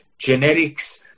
genetics